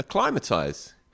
acclimatise